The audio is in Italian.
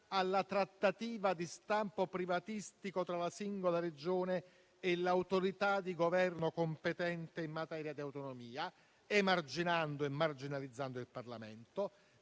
alla trattativa di stampo privatistico tra la singola Regione e l'autorità di Governo competente in materia di autonomia, emarginando e marginalizzando il Parlamento,